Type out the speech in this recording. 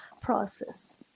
process